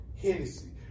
Hennessy